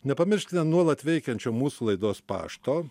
nepamirškite nuolat veikiančio mūsų laidos pašto